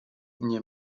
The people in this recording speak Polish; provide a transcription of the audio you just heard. nie